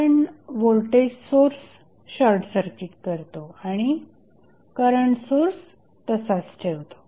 आपण voltage source short circuit करतो आणि करंट सोर्स तसाच ठेवतो